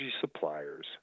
suppliers